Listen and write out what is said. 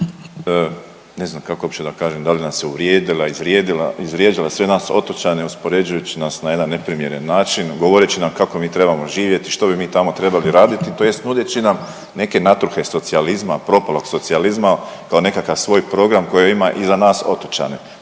Ne znam kako uopće da kažem da li nas je uvrijedila, izvrijeđala sve nas otočane uspoređujući nas na jedan neprimjeren način govoreći nam kako mi trebamo živjeti, što bi mi tamo trebali raditi, tj. nudeći nam neke natruhe socijalizma, propalog socijalizma kao nekakav svoj program koje ima i za nas otočane.